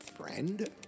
friend